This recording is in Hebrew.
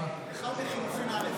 מיכל שיר סגמן,